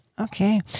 Okay